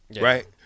right